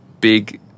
big